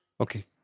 Okay